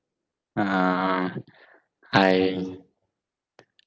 uh I